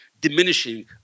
diminishing